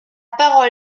parole